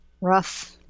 Rough